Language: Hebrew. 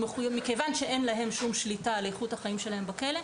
מכיוון שאין להם שום שליטה על איכות החיים שלהם בכלא,